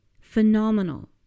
Phenomenal